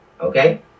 okay